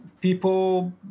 people